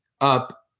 up